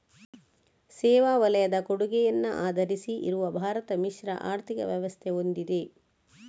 ಸೇವಾ ವಲಯದ ಕೊಡುಗೆಯನ್ನ ಆಧರಿಸಿ ಇರುವ ಭಾರತ ಮಿಶ್ರ ಆರ್ಥಿಕ ವ್ಯವಸ್ಥೆ ಹೊಂದಿದೆ